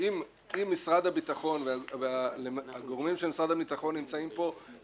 אם משרד הביטחון והגורמים של משרד הביטחון נמצאים פה,